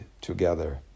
together